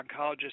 oncologist